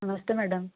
नमस्ते मैडम